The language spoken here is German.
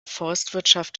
forstwirtschaft